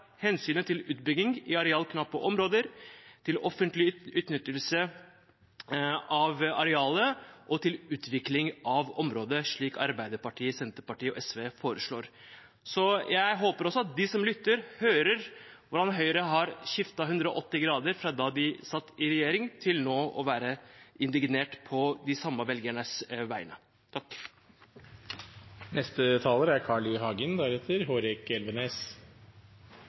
hensynet til utbygging i arealknappe områder, til offentlig utnyttelse av arealet og til utvikling av området, slik Arbeiderpartiet, Senterpartiet og SV foreslår. Jeg håper at de som lytter, hører hvordan Høyre har snudd 180 grader fra da de satt i regjering, til nå å være indignert på de samme velgernes vegne. La meg først vise til at Hans Andreas Limi gjorde oppmerksom på at vi i